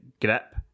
grip